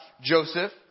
Joseph